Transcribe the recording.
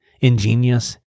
ingenious